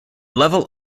level